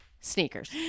sneakers